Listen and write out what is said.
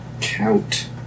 Count